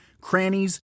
crannies